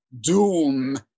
doom